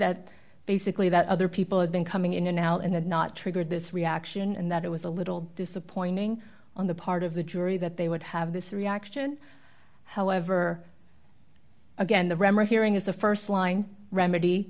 that basically that other people had been coming in now and not triggered this reaction and that it was a little disappointing on the part of the jury that they would have this reaction however again the remedy hearing is a st line remedy